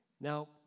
Now